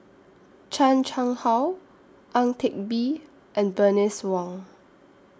Chan Chang How Ang Teck Bee and Bernice Wong